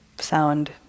Sound